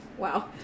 Wow